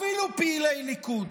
אפילו פעילי ליכוד.